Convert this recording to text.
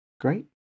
Great